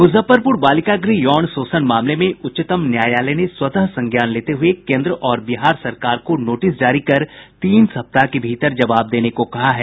मुजफ्फरपुर बालिका गृह यौन शोषण मामले में उच्चतम न्यायालय ने स्वतः संज्ञान लेते हुए केन्द्र और बिहार सरकार को नोटिस जारी कर तीन सप्ताह के भीतर जवाब देने को कहा है